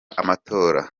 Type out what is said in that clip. amatora